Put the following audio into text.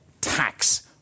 tax